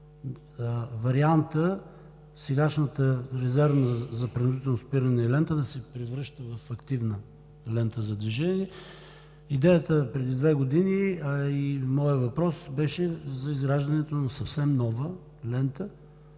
вариантът сегашната резервна, за принудително спиране лента, да се превръща в активна лента за движение. Идеята преди две години, а и моят въпрос беше за изграждането на съвсем нова лента